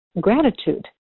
gratitude